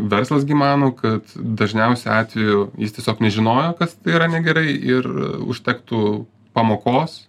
verslas gi mano kad dažniausiu atveju jis tiesiog nežinojo kas tai yra negerai ir užtektų pamokos